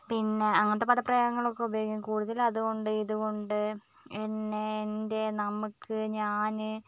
പിന്ന അങ്ങനത്തെ പദ പ്രയോഗങ്ങൾ ഒക്കെ ഉപയോഗിക്കും കൂടുതൽ അതുകൊണ്ട് ഇതുകൊണ്ട് എന്നെ എൻ്റെ നമുക്ക് ഞാൻ